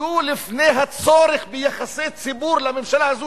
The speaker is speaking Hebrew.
עמדו לפני הצורך ביחסי ציבור לממשלה הזאת